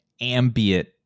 ambient